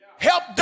help